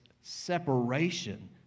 separation